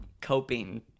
coping